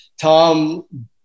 Tom